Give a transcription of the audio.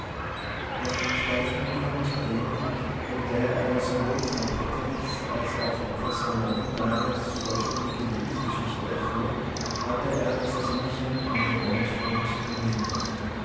nach zweistündiger unterredung in der er sowohl frau petterichs als auch professor langenbergers vollständige lebensgeschichte erfuhr hatte er das zimmerchen an der nordfront gemietet